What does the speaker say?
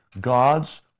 God's